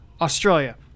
Australia